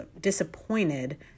disappointed